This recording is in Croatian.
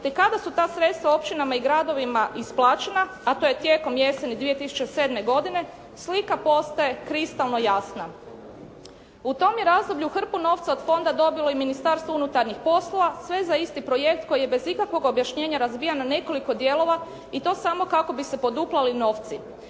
te kada su ta sredstva općinama i gradovima isplaćena a to je tijekom jeseni 2007.godine slika postaje kristalno jasna. U tom je razdoblju hrpu novca od Fonda dobilo i Ministarstvo unutarnjih poslova sve za isti projekt koji je bez ikakvog objašnjenja razbijan na nekoliko dijelova i to samo kako bi se poduplali novci.